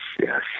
yes